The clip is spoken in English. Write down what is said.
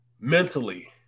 mentally